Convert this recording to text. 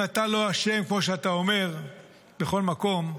אם אתה לא אשם כמו שאתה אומר בכל מקום,